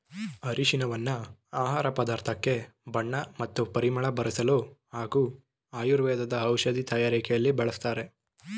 ಅರಿಶಿನವನ್ನು ಆಹಾರ ಪದಾರ್ಥಕ್ಕೆ ಬಣ್ಣ ಮತ್ತು ಪರಿಮಳ ಬರ್ಸಲು ಹಾಗೂ ಆಯುರ್ವೇದ ಔಷಧಿ ತಯಾರಕೆಲಿ ಬಳಸ್ತಾರೆ